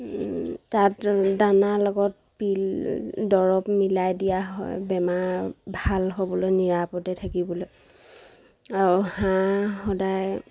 তাত দানাৰ লগত পিল দৰৱ মিলাই দিয়া হয় বেমাৰ ভাল হ'বলৈ নিৰাপদে থাকিবলৈ আৰু হাঁহ সদায়